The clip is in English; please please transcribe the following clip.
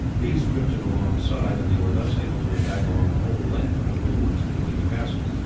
these drifted alongside, and they were thus able to attack along the whole length of the bulwarks between the castles.